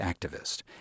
activist